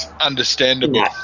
understandable